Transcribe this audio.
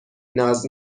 ناز